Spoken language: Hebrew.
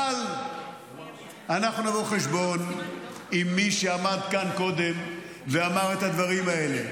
אבל אנחנו נבוא חשבון עם מי שעמד כאן קודם ואמר את הדברים האלה,